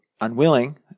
unwilling